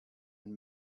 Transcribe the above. and